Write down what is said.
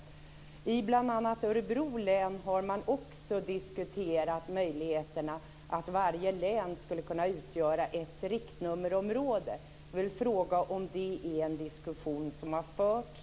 I bl.a. Örebro län har man också diskuterat möjligheterna att varje län skulle kunna utgöra ett riktnummerområde. Är det en diskussion som har förts?